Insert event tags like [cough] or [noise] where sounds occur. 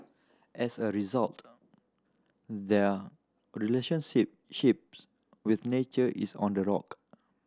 as a result their [unintelligible] ships with nature is on the rock